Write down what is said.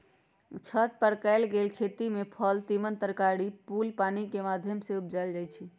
छत पर कएल गेल खेती में फल तिमण तरकारी फूल पानिकेँ माध्यम से उपजायल जाइ छइ